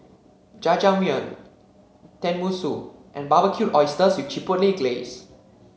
Jajangmyeon Tenmusu and Barbecued Oysters with Chipotle Glaze